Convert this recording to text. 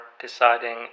deciding